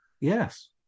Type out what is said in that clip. Yes